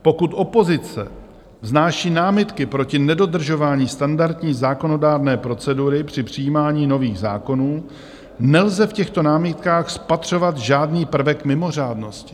Pokud opozice vznáší námitky proti nedodržování standardní zákonodárné procedury při přijímání nových zákonů, nelze v těchto námitkách spatřovat žádný prvek mimořádnosti.